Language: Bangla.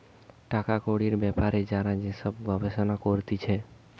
টাকা কড়ির বেপারে যারা যে সব গবেষণা করতিছে